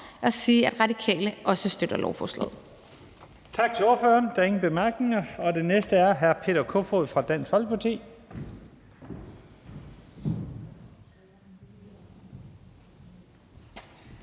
og sige, at Radikale også støtter lovforslaget.